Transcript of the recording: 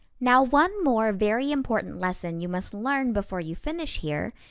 now one more very important lesson you must learn before you finish here,